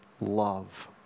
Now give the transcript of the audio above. love